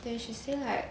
then she say like